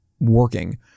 working